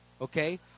okay